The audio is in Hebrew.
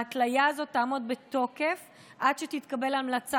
ההתליה הזאת תעמוד בתוקף עד שתתקבל המלצה